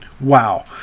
Wow